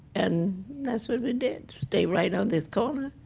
and that's what we did, stay right on this corner.